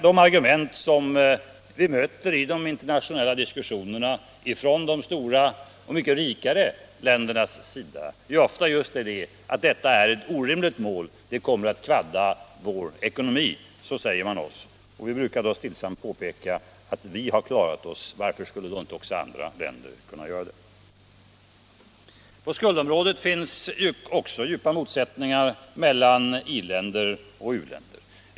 De argument vi möter i de internationella diskussionerna från de stora och mycket rikare ländernas sida går ofta ut på att detta är ett orimligt mål och att det kommer att allvarligt skada ekonomin. Så säger man oss, och vi brukar då stillsamt påpeka att vi har klarat oss. Varför skulle då inte andra länder kunna göra det? På skuldområdet finns djupa motsättningar mellan i-länder och u-länder.